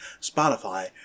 Spotify